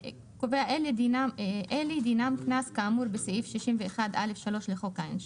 "אין קנס כאמור בסעיף 61(א)(3) לחוק העונשין.